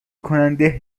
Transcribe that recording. کننده